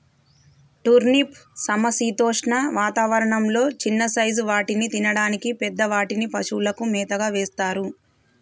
turnip సమశీతోష్ణ వాతావరణం లొ చిన్న సైజ్ వాటిని తినడానికి, పెద్ద వాటిని పశువులకు మేతగా వేస్తారు